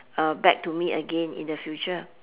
uh back to me again in the future